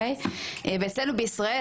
ואצלנו בישראל,